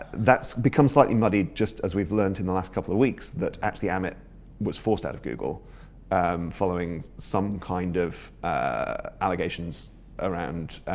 that's become slightly muddied just as we've learned in the last couple of weeks that actually um amit was forced out of google following some kind of allegations around